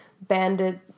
bandit